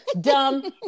dumb